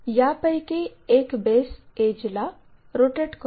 यापैकी एक बेस एड्जला रोटेट करू